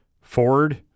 Ford